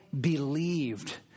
believed